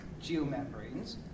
geomembranes